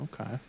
Okay